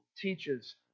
teaches